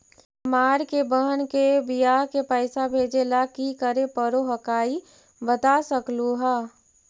हमार के बह्र के बियाह के पैसा भेजे ला की करे परो हकाई बता सकलुहा?